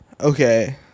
okay